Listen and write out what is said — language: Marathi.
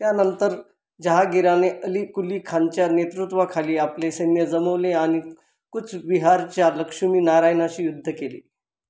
त्यानंतर जहांगीरने अली कुली खानच्या नेतृत्वाखाली आपले सैन्य जमवले आणि कुचबिहारच्या लक्ष्मी नारायणाशी युद्ध केले